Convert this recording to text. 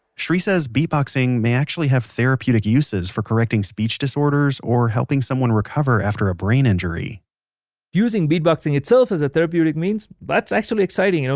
shri says beatboxing may actually have therapeutic uses for correcting speech disorders or helping someone recover after a brain injury using beatboxing itself as a therapeutic means, that's actually exciting. you know